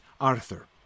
Arthur